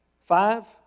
Five